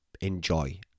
Enjoy